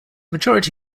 majority